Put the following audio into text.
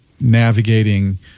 navigating